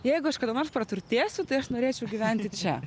jeigu aš kada nors praturtėsiu tai aš norėčiau gyventi čia